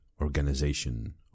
organization